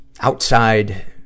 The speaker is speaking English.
outside